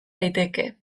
daiteke